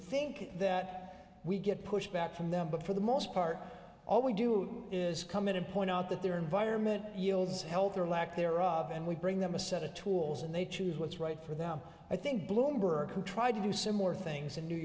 think that we get pushback from them but for the most part all we do is come in and point out that their environment yields health or lack thereof and we bring them a set of tools and they choose what's right for them i think bloomberg who tried to do similar things in new